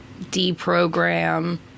deprogram